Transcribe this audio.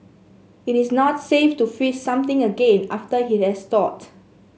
it is not safe to freeze something again after it has thawed